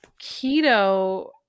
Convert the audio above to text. keto